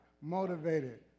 motivated